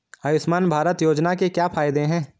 आयुष्मान भारत योजना के क्या फायदे हैं?